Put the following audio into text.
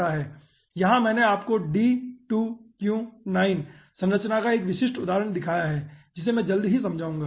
यहाँ मैंने आपको D2Q9 संरचना का 1 विशिष्ट उदाहरण दिखाया है जिसे मैं जल्द ही समझाऊंगा